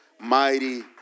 mighty